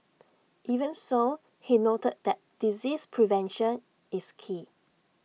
even so he noted that disease prevention is key